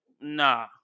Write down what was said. nah